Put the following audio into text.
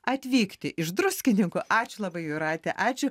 atvykti iš druskininkų ačiū labai jūrate ačiū